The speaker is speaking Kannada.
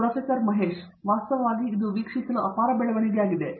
ಪ್ರೊಫೆಸರ್ ಮಹೇಶ್ ವಿ ಪಂಚನಾಲಾ ವಾಸ್ತವವಾಗಿ ಇದು ವೀಕ್ಷಿಸಲು ಅಪಾರ ಬೆಳವಣಿಗೆಯಾಗಿದೆ